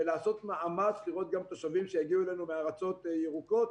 ולעשות מאמץ לראות גם תיירים שיגיעו אלינו מארצות ירוקות.